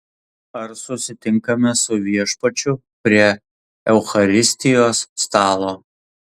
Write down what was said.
ar susitinkame su viešpačiu prie eucharistijos stalo